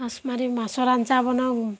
মাছ মাৰি মাছৰ আঞ্জা বনাওঁ